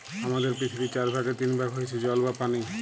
হামাদের পৃথিবীর চার ভাগের তিন ভাগ হইসে জল বা পানি